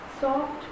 Soft